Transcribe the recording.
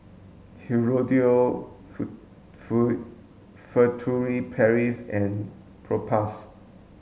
Hirudoid Furtere Paris and Propass